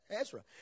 Ezra